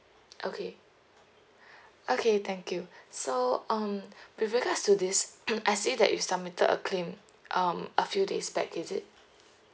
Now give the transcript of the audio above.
okay okay thank you so um with regards to this I see that you submitted a claim um a few days back is it